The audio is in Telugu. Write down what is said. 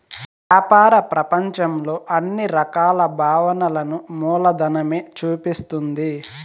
వ్యాపార ప్రపంచంలో అన్ని రకాల భావనలను మూలధనమే చూపిస్తుంది